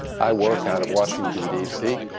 i work out of washington dc.